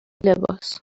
لباس